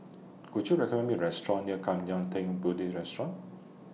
Could YOU recommend Me A Restaurant near Kwan Yam Theng Buddhist Restaurant